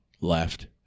left